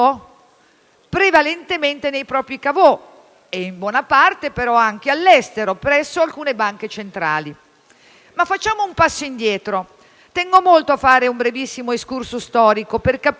prevalentemente nei propri *caveau* e in buona parte però anche all'estero presso alcune banche centrali. Ma facciamo un passo indietro. Tengo molto a fare un brevissimo *excursus* storico per capire